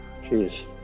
Jeez